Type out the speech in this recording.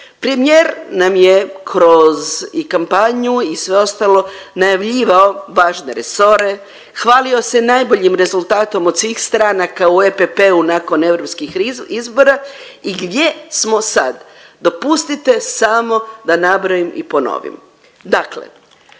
Premijer nam je i kroz kampanju i sve ostalo najavljivao važne resore, hvalio se najboljim rezultatom od svih stranaka u EPP-u nakon europskih izbora i gdje smo sad? Dopustite samo da nabrojim i ponovim,